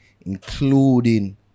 including